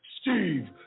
Steve